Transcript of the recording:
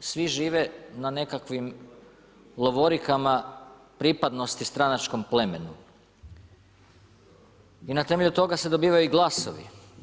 svi žive na nekakvim lovorikama pripadnosti stranačkom plemenu i na temelju toga se dobivaju i glasovi.